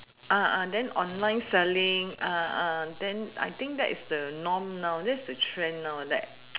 and then online selling then I think that it's the norm now that's the trend now that